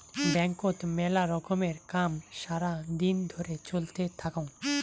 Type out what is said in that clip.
ব্যাংকত মেলা রকমের কাম সারা দিন ধরে চলতে থাকঙ